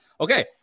okay